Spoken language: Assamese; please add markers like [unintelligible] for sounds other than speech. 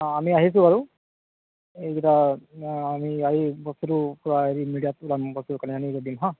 অ আমি আহিছোঁ বাৰু এইকিটা আমি [unintelligible]